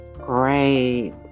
Great